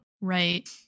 right